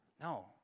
no